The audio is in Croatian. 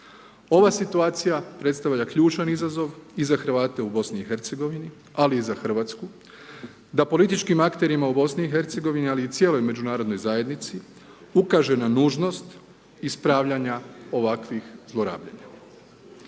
Ova situacija predstavlja ključan izazov i za Hrvate u BiH-u ali i za Hrvatsku da političkim akterima u BiH-u ali i cijelom međunarodnoj zajednici, ukaže na nužnost ispravljanja ovakvih zlorabljenja.